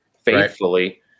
faithfully